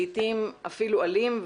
לעתים אפילו אלים,